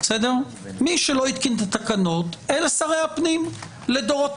מי שלא התקין את התקנות אלה שרי הפנים לדורותיהם,